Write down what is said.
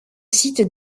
site